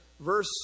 Verse